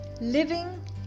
living